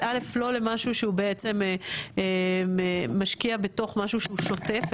א' לא למשהו שהוא בעצם משקיע בתוך משהו שהוא שוטף,